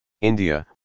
India